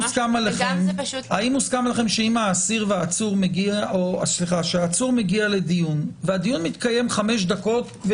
האם מוסכם עליכם שהעצור מגיע לדיון והדיון מתקיים חמש דקות,